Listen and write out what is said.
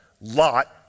Lot